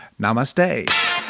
Namaste